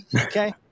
Okay